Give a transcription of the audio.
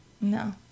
no